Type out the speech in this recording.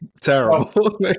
terrible